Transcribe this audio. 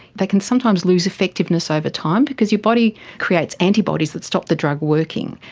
they can sometimes lose effectiveness over time because your body creates antibodies that stop the drug working,